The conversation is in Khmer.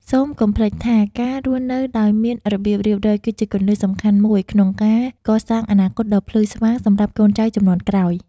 សូមកុំភ្លេចថាការរស់នៅដោយមានរបៀបរៀបរយ គឺជាគន្លឹះសំខាន់មួយក្នុងការកសាងអនាគតដ៏ភ្លឺស្វាងសម្រាប់កូនចៅជំនាន់ក្រោយ។